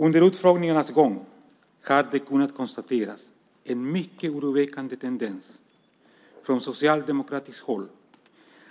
Under utfrågningarnas gång har det konstaterats en mycket oroväckande tendens från socialdemokratiskt håll